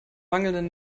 mangelnden